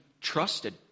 trusted